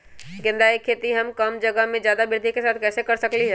गेंदा के खेती हम कम जगह में ज्यादा वृद्धि के साथ कैसे कर सकली ह?